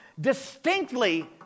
distinctly